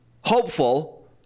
hopeful